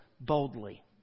boldly